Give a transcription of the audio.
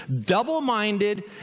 double-minded